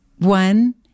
One